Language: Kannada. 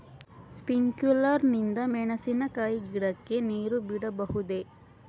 ಸ್ಪಿಂಕ್ಯುಲರ್ ನಿಂದ ಮೆಣಸಿನಕಾಯಿ ಗಿಡಕ್ಕೆ ನೇರು ಬಿಡಬಹುದೆ?